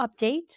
update